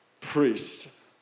priest